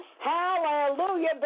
hallelujah